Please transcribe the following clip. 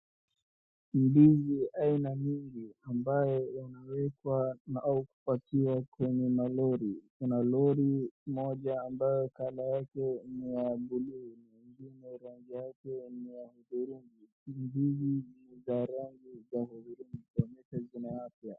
Ndizi aina mingi ambayo wanawekwa au kupakiwa kwenye malori. Kuna lori moja ambayo color yake ni ya blue na ingine rangi yake ni ya hudhurungi. Mizigo zilizobeba ni za rangi za hudhurungi, kuonyesha zimeiva.